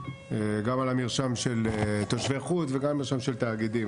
גם על המרשם של תושבי חוץ וגם מרשם של התאגידים.